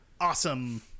awesome